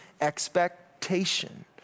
expectation